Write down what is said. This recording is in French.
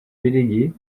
déléguée